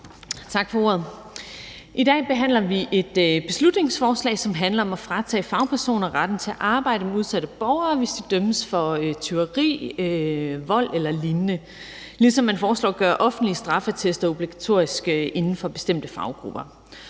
I dag behandler vi et beslutningsforslag, som handler om at fratage fagpersoner retten til at arbejde med udsatte borgere, hvis de dømmes for tyveri, vold eller lignende, ligesom man foreslår at gøre offentlige straffeattester obligatoriske inden for bestemte faggrupper.